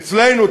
אצלנו,